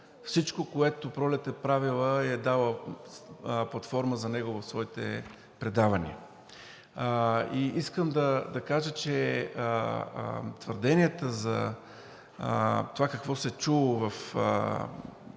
всичко, което Пролет е правила и е давала платформа за него в своите предавания. И искам да кажа, че твърденията за това какво се е чуло в